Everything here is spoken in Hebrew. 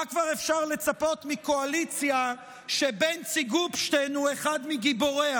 מה כבר אפשר לצפות מקואליציה שבנצי גופשטיין הוא אחד מגיבוריה,